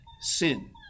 sin